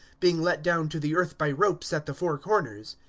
being let down to the earth by ropes at the four corners.